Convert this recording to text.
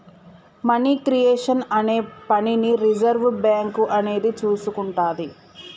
money creation అనే పనిని reserve bank అని చూసుకుంటాది